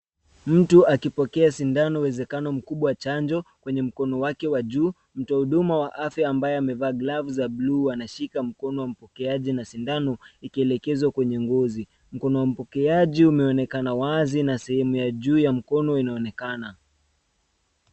Mtu akipokea sindano uwezekano mkubwa chanjo kwenye mkono wake wa juu. Mtoa huduma wa afya ambaye amevaa glavu za buluu anashika mkono wa mpokeaji na sindano ikielekezwa kwenye ngozi. Mkono wa mpokeaji umeonekana wazi na sehemu ya juu ya mkono inaonekana.